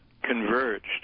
converged